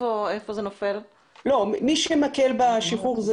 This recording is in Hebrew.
מי שמקל בשחרור,